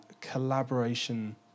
collaboration